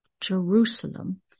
Jerusalem